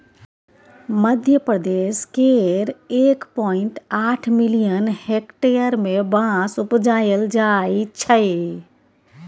मध्यप्रदेश केर एक पॉइंट आठ मिलियन हेक्टेयर मे बाँस उपजाएल जाइ छै